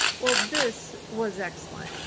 well, this was excellent.